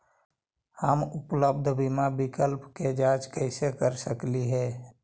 हम उपलब्ध बीमा विकल्प के जांच कैसे कर सकली हे?